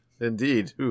Indeed